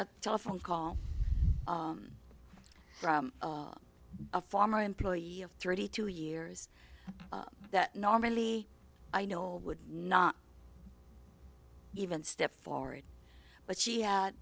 a telephone call from a former employee of thirty two years that normally i know would not even step forward but she had